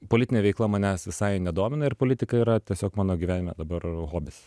politinė veikla manęs visai nedomina ir politika yra tiesiog mano gyvenime dabar hobis